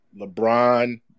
LeBron